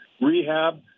rehab